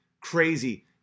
crazy